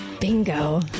Bingo